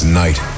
night